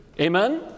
Amen